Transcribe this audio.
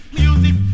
music